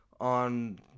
on